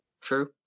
True